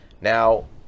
now